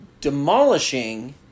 Demolishing